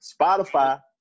Spotify